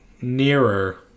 nearer